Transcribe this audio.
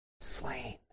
Slain